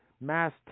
mass